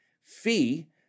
fee